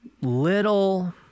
little